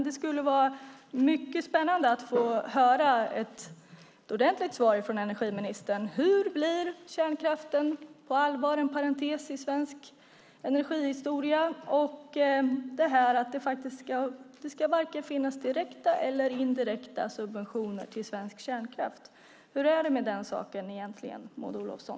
Det skulle vara mycket spännande att få höra ett ordentligt svar från energiministern om hur kärnkraften på allvar blir en parentes i svensk energihistoria och det här att det varken ska finnas direkta eller indirekta subventioner till svensk kärnkraft. Hur är det med den saken egentligen, Maud Olofsson?